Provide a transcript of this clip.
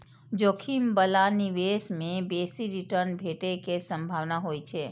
जोखिम बला निवेश मे बेसी रिटर्न भेटै के संभावना होइ छै